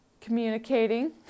communicating